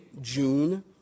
June